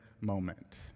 moment